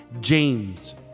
James